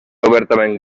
obertament